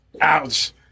Ouch